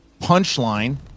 Punchline